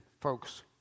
folks